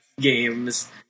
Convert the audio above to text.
games